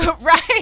right